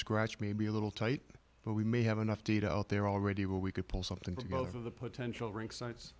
scratch maybe a little tight but we may have enough data out there already will we could pull something with both of the potential risk sites